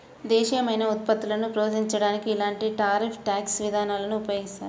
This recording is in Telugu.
దేశీయమైన ఉత్పత్తులను ప్రోత్సహించడానికి ఇలాంటి టారిఫ్ ట్యాక్స్ విధానాలను ఉపయోగిస్తారు